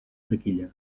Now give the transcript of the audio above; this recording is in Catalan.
taquilla